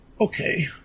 okay